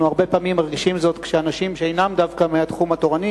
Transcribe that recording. אנחנו הרבה פעמים מרגישים זאת כשאנשים שאינם דווקא מהתחום התורני,